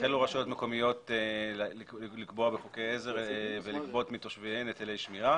החלו רשויות מקומיות לקבוע בחוקי עזר גביית היטלי שמירה מתושביהן.